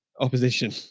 opposition